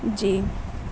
جی